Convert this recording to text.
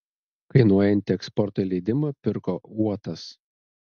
kainuojantį eksporto leidimą pirko uotas